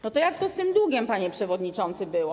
No to jak to z tym długiem, panie przewodniczący, było?